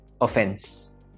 offense